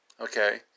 okay